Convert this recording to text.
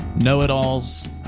know-it-alls